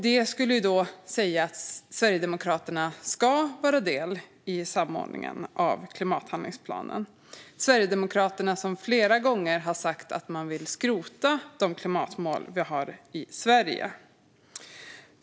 Det skulle ju innebära att Sverigedemokraterna ska ta del i samordningen av klimathandlingsplanen - Sverigedemokraterna, som flera gånger har sagt att man vill skrota de klimatmål vi har i Sverige.